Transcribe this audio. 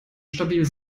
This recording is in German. stabil